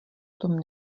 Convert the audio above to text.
tom